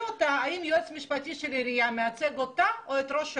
האם יועץ משפטי של העירייה מייצג אותך או את ראש העיר?